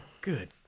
Good